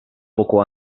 poco